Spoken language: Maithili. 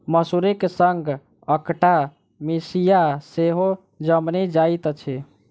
मसुरीक संग अकटा मिसिया सेहो जनमि जाइत अछि